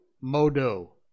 modo